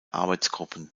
arbeitsgruppen